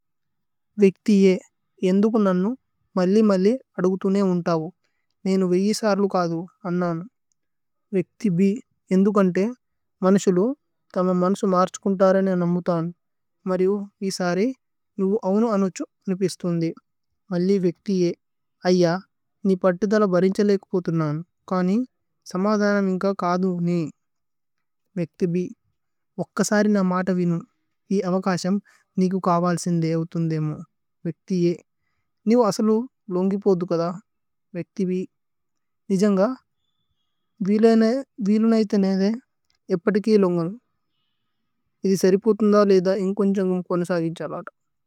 വേക്ഥി അ ഏന്ദുകു നനു മല്ലി മല്ലി അദുക്ഥുനേ। ഉന്തവു നേനു വേയി സാരു കാദു അന്നനു വേക്ഥി। ഏന്ദുകന്തേ മനസിലു തമമന്സു മാര്ഛുകുന്തരേ। നേ നമുതമു മര്യു ഇസരി നുഗു അവനു അനുഛു। അനുപിസ്തുന്ദി മല്ലി വേക്ഥി അയ്യ നി പത്തിധല। ബരിന്ഛലേകുപോഥുനമു കനി സമധനമ് ഇന്ക। കാദു നേ വേക്ഥി ഓക്കസരി ന മാത വിനു ഇ। അവകശമ് നികു കാവലസിന്ദേ ഉഥുന്ധേമു। വേക്ഥി നിവു അസലു ലോന്ഗിപോഥു കദ വേക്ഥി നിജമ്ഗ വീലു നൈഥ നേ ഥേ। ഏപ്പതികേ ലുന്ഗനു ഇദി സരിപുഥുന്ദ ഓലേധ। ഇന്കുന്ഛന്ഗമ് കോന്ന സഗിന്ഛലത।